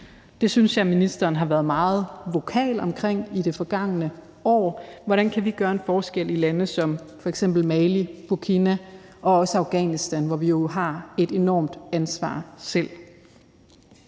Det synes jeg ministeren har været meget vokal omkring i det forgangne år – hvordan vi kan gøre en forskel i lande som f.eks. Mali, Burkina Faso og også Afghanistan, hvor vi jo har et enormt ansvar selv.